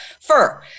fur